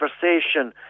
conversation